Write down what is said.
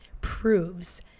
proves